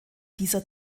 dieser